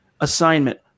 assignment